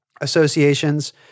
associations